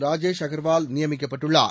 ராஜேஷ் அகர்வால் நியமிக்கப்பட்டுள்ளார்